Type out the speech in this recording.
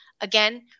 again